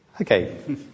okay